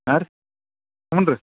ಹಾಂ ರಿ ಹ್ಞೂನ್ರಿ